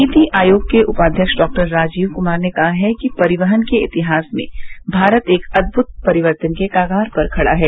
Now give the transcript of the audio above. नीति आयोग के उपाध्यक्ष डॉक्टर राजीव कुमार ने कहा है कि परिवहन के इतिहास में भारत एक अदभूत परिवर्तन के कगार पर खड़ा है